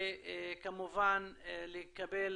ולקבל